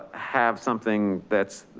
ah have something that's,